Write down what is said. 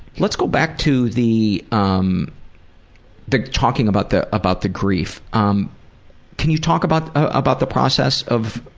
let's go back to the um the talking about the about the grief. um can you talk about about the process of